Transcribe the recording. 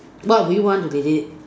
what would you want to delete